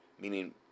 meaning